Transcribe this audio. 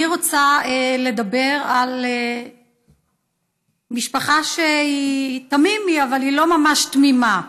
אני רוצה לדבר על משפחה שהיא תמימי אבל היא לא ממש תמימה,